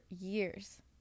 years